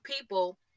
people